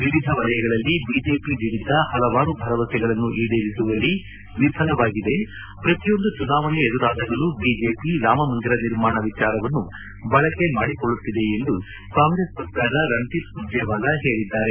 ವಿವಿಧ ವಲಯಗಳಲ್ಲಿ ಬಿಜೆಪಿ ನೀಡಿದ್ದ ಪಲವಾರು ಭರವಸೆಗಳನ್ನು ಈಡೇರಿಸುವಲ್ಲಿ ವಿಫಲವಾಗಿದೆ ಪ್ರತಿಯೊಂದು ಚುನಾವಣೆ ಎದುರಾದಾಗಲೂ ಬಿಜೆಪಿ ರಾಮಮಂದಿರ ನಿರ್ಮಾಣ ವಿಚಾರವನ್ನು ಬಳಕೆ ಮಾಡಿಕೊಳ್ಳುತ್ತಿದೆ ಎಂದು ಕಾಂಗ್ರೆಸ್ ವಕ್ತಾರ ರಣದೀಪ್ ಸುರ್ಜೆವಾಲಾ ಹೇಳಿದ್ದಾರೆ